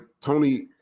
Tony